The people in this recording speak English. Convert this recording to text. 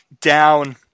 down